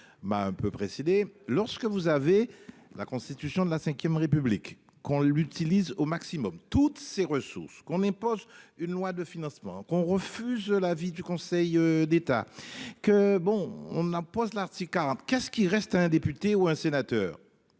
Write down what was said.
lorsque vous avez la constitution de la Ve République qu'on l'utilise au maximum toutes ses ressources qu'on impose une loi de financement qu'on refuse l'avis du Conseil d'État que bon on l'Arctique hein, qu'est ce qui reste à un député ou un sénateur.